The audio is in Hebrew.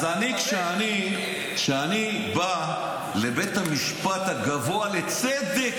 אז כשאני בא לבית המשפט הגבוה לצדק,